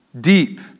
deep